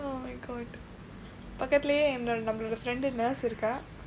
பக்கத்திலே என்னோட நம்மளோட:pakkathila ennooda nammalooda friend nurse இருக்கா:irukkaa